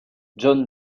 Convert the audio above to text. john